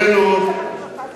ולכן העלינו,